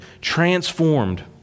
transformed